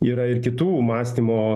yra ir kitų mąstymo